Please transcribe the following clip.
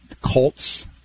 Colts